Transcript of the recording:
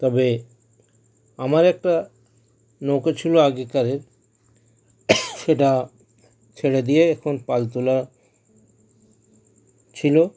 তবে আমার একটা নৌকো ছিল আগেকার সেটা ছেড়ে দিয়ে এখন পালতোলা ছিল